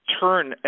turn